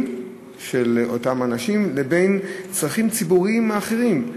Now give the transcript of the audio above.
של אותם אנשים לבין צרכים ציבוריים אחרים.